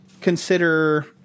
consider